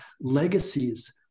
legacies